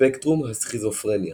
ספקטרום הסכיזופרניה